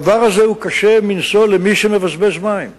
הדבר הזה הוא קשה מנשוא למי שמבזבז מים.